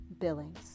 Billings